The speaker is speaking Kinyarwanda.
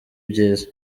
byiza